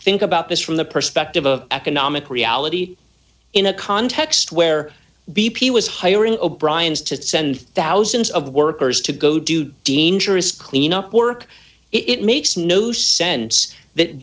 think about this from the perspective of economic reality in a context where b p was hiring o'briens to send thousands of workers to go do dangerous cleanup work it makes no sense that